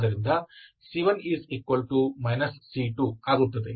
ಆದ್ದರಿಂದ c1 c2 ಆಗುತ್ತದೆ